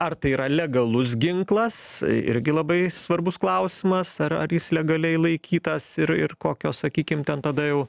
ar tai yra legalus ginklas irgi labai svarbus klausimas ar ar jis legaliai laikytas ir ir kokios sakykim ten tada jau